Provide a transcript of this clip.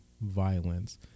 violence